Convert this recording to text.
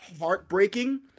heartbreaking